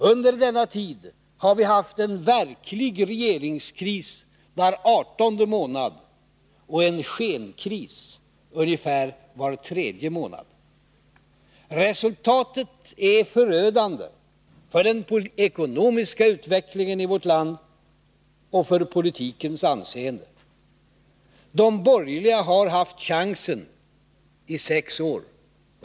Under denna tid har vi haft en verklig regeringskris var artonde månad och en skenkris ungefär var tredje månad. Resultatet är förödande för den ekonomiska utvecklingen i vårt land och för politikens anseende. De borgerliga har haft chansen i sex år.